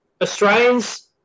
Australians